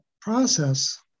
process